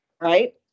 right